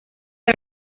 are